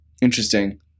Interesting